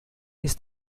ist